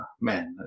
man